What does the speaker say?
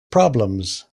problems